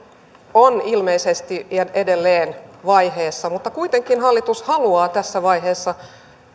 on ilmeisesti ja edelleen vaiheessa mutta kuitenkin hallitus haluaa tässä vaiheessa uudistaa